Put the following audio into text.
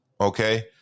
okay